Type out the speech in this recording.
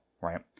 right